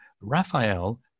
Raphael